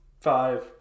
five